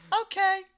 Okay